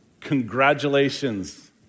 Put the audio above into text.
Congratulations